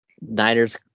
Niners